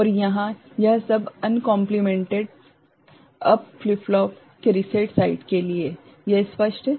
और यहाँ यह सब अनकोप्लीमेंटेड अप फ्लिप फ्लॉप के रीसेट साइड के लिए है यह स्पष्ट है